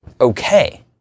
okay